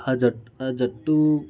ఆ జట్టు ఆ జట్టు